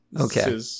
Okay